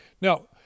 Now